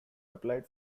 applied